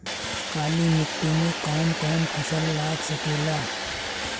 काली मिट्टी मे कौन कौन फसल लाग सकेला?